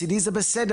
מצידי זה בסדר.